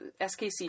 SKC